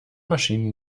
maschinen